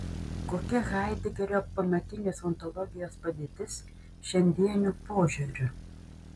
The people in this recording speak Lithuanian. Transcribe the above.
kokia haidegerio pamatinės ontologijos padėtis šiandieniu požiūriu